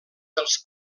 dels